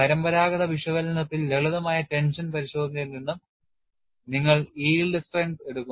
പരമ്പരാഗത വിശകലനത്തിൽ ലളിതമായ ടെൻഷൻ പരിശോധനയിൽ നിന്ന് നിങ്ങൾ yield ശക്തി എടുക്കുന്നു